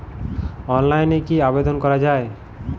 অনলাইনে কি আবেদন করা য়ায়?